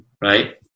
Right